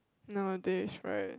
nowadays right